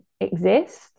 exist